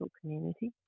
community